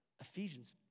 Ephesians